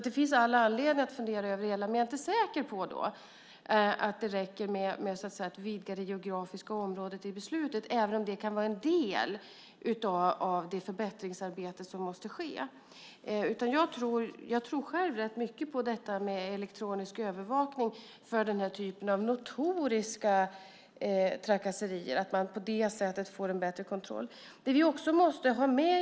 Det finns all anledning att fundera över det hela, men jag är inte säker på att det räcker med att vidga det geografiska området i beslutet, även om det kan vara en del av det förbättringsarbete som måste ske. Jag tror själv rätt mycket på detta med elektronisk övervakning för den här typen av notoriska trakasserier. Jag tror att man kan få en bättre kontroll på det sättet.